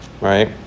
right